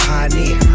Pioneer